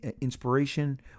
inspiration